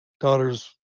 daughters